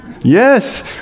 yes